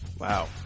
Wow